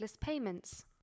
payments